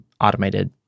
automated